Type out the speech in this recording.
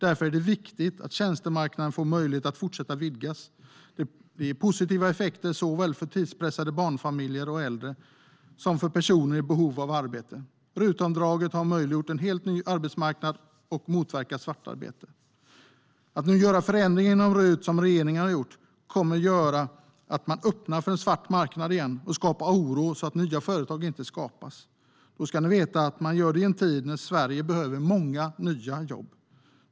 Därför är det viktigt att tjänstemarknaden får möjlighet att fortsätta vidgas. Det ger positiva effekter såväl för tidspressade barnfamiljer och äldre som för personer i behov av arbete. RUT-avdraget har möjliggjort en helt ny arbetsmarknad och motverkat svartarbete. Att nu göra förändringar inom RUT, som regeringen gjort, kommer att öppna för en svart marknad igen och skapa oro så att nya företag inte skapas. Då ska ni veta att man gör det i en tid när Sverige behöver många nya jobb.